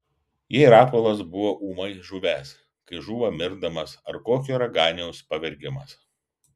jai rapolas buvo ūmai žuvęs kaip žūva mirdamas ar kokio raganiaus pavergiamas